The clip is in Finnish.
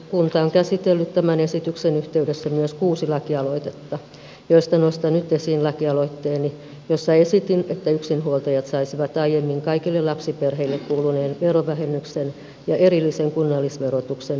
valtiovarainvaliokunta on käsitellyt tämän esityksen yhteydessä myös kuusi lakialoitetta joista nostan nyt esiin lakialoitteeni jossa esitin että yksinhuoltajat saisivat aiemmin kaikille lapsiperheille kuuluneen verovähennyksen ja erillisen kunnallisverotuksen yksinhuoltajavähennyksen